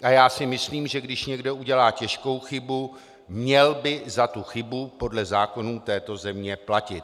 A já si myslím, že když někdo udělá těžkou chybu, měl by za tu chybu podle zákonů této země platit.